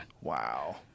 Wow